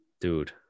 Dude